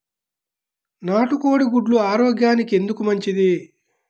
నాటు కోడి గుడ్లు ఆరోగ్యానికి ఎందుకు మంచిది?